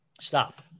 stop